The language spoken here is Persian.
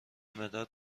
مداد